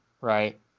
right